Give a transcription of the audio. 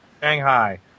Shanghai